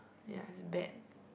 ya is bad